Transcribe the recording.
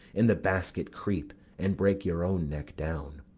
in the basket creep and break your own neck down.